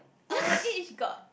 our age got